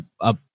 up